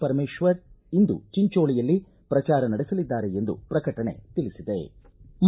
ಪರಮೇಶ್ವರ್ ಇಂದು ಚಿಂಚೋಳಿಯಲ್ಲಿ ಪ್ರಚಾರ ನಡೆಸಲಿದ್ದಾರೆ ಎಂದು ಪ್ರಕಟಣೆ ತಿಳಿಸಿವೆ